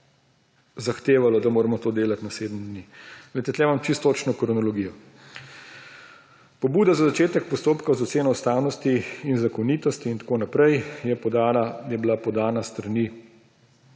zahtevalo, da moramo to delati na sedem dni. Poglejte, tu imam čisto točno kronologijo. Pobuda za začetek postopka za oceno ustavnosti in zakonitosti in tako naprej je bila podana s strani